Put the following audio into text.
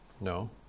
No